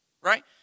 Right